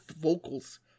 vocals